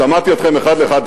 שמעתי אתכם אחד לאחד.